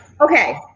Okay